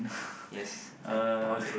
uh